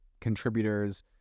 contributors